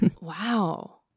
Wow